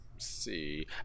see